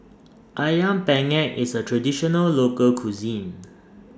Ayam Penyet IS A Traditional Local Cuisine